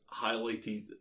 highlighted